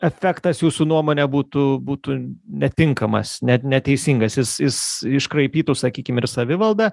efektas jūsų nuomone būtų būtų netinkamas net neteisingas jis jis iškraipytų sakykim ir savivaldą